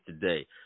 today